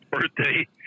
birthday